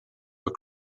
were